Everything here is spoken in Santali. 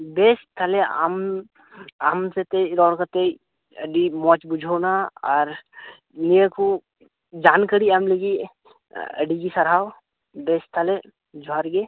ᱵᱮᱥ ᱛᱟᱦᱚᱞᱮ ᱟᱢ ᱟᱢ ᱥᱟᱛᱮᱜ ᱨᱚᱲ ᱠᱟᱛᱮ ᱟᱹᱰᱤ ᱢᱚᱡᱽ ᱵᱩᱡᱷᱟᱹᱣᱱᱟ ᱟᱨ ᱱᱤᱭᱟᱹ ᱠᱚ ᱡᱟᱦᱟᱱ ᱠᱷᱟᱹᱞᱤ ᱟᱢ ᱞᱟᱹᱜᱤᱫ ᱟᱹᱰᱤ ᱟᱹᱰᱤ ᱥᱟᱨᱦᱟᱣ ᱵᱮᱥ ᱛᱟᱦᱚᱞᱮ ᱡᱚᱦᱟᱨ ᱜᱮ